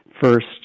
First